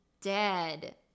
dead